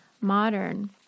modern